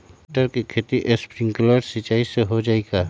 मटर के खेती स्प्रिंकलर सिंचाई से हो जाई का?